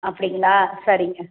அப்படிங்களா சரிங்க